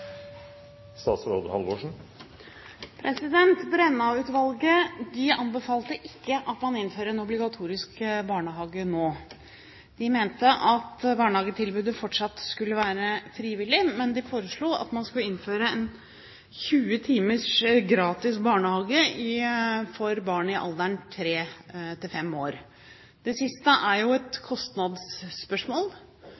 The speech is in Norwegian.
anbefalte ikke at man innfører en obligatorisk barnehage nå. De mente at barnehagetilbudet fortsatt skal være frivillig, men de foreslo at man skulle innføre en 20 timers gratis barnehage for barn i alderen 3–5 år. Det siste er et